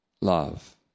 love